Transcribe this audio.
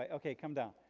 ok come down.